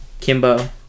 Kimbo